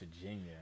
Virginia